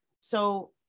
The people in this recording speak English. So-